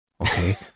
Okay